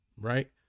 right